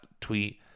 tweet